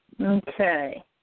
Okay